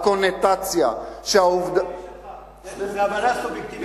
הקונוטציה, זאת הבנה סובייקטיבית שלך.